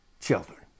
children